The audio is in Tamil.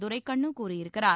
துரைக்கண்ணு கூறியிருக்கிறார்